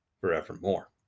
forevermore